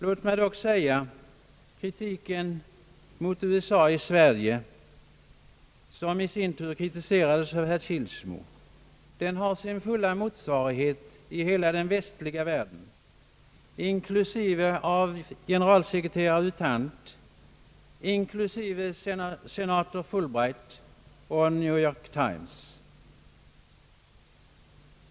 Låt mig säga att kritiken mot USA 1 Sverige, som i sin tur kritiserades av herr Kilsmo, har sin fulla motsvarighet i hela den västliga världen, inklusive generalsekreterare U Thant, inklusive senator Fulbright och New York Times.